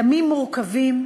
ימים מורכבים,